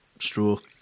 stroke